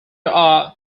are